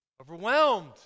Overwhelmed